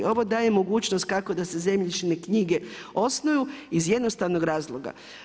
Ovo daje mogućnost kako da se zemljišne knjige osnuju iz jednostavnog razloga.